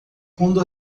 quando